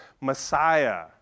Messiah